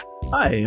Hi